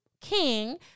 king